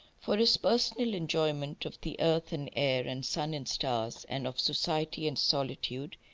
for his personal enjoyment of the earth and air and sun and stars, and of society and solitude,